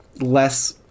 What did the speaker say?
less